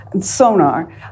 sonar